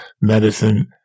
medicine